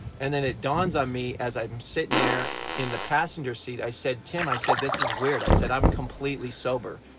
and then it dawns on me as i'm sitting there in the passenger seat. i said tim. i said, this is weird. i said i'm completely sober!